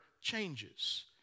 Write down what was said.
changes